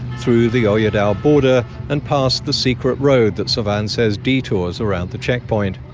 through the o-yadaw border and past the secret road that sovann says detours around the checkpoint.